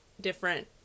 different